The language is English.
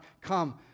come